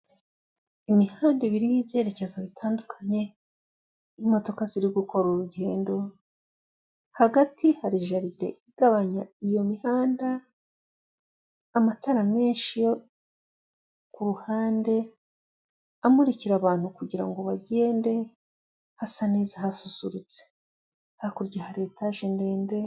Imihanda ibiri y'ibyerekezo bitandukanye, imodoka ziri gukora urugendo ,hagati hari jaride igabanya iyo mihanda ,amatara menshi yo kuruhande amurikira abantu kugirango bagende hasa neza hasusurutse hakurya hari etage ndende.